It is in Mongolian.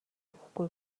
өгөхгүй